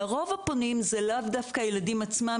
לרוב הפונים זה לאו דווקא הילדים עצמם,